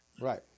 Right